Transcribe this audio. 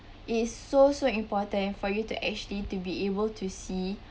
it is so so important for you to actually to be able to see